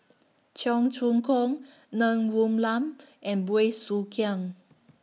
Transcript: Cheong Choong Kong Ng Woon Lam and Bey Soo Khiang